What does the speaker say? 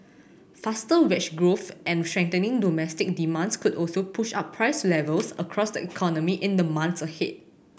faster wage growth and strengthening domestic demands could also push up price levels across the economy in the months ahead